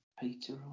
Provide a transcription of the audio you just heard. Peter